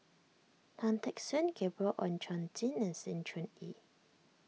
Tan Teck Soon Gabriel Oon Chong Jin and Sng Choon Yee